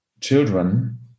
children